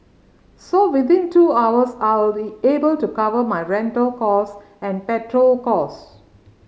so within two hours I will be able to cover my rental cost and petrol cost